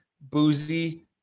boozy